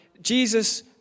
Jesus